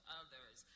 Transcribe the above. others